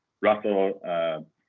Russell